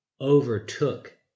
overtook